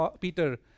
Peter